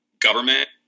government